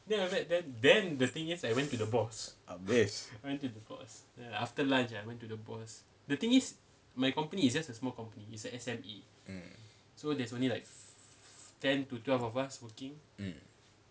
mm mm